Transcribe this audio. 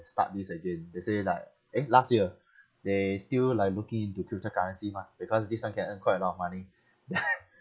start this again they say like eh last year they still like looking into cryptocurrency mah because this [one] can earn quite a lot of money